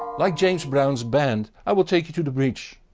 like james brown's band i will take you to the bridge.